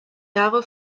jahre